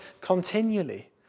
continually